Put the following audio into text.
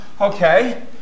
Okay